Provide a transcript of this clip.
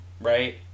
right